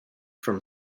from